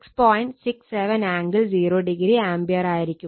67 angle 0o ampere ആയിരിക്കും